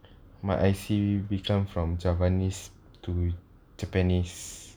my I_C become from javanese to japanese